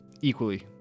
equally